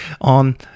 on